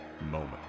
Moment